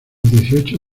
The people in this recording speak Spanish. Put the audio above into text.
dieciocho